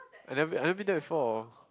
I never I never been there before